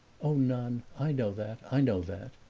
oh, none i know that i know that.